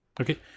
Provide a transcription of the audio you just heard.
Okay